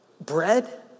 bread